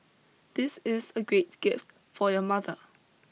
this is a great gift for your mother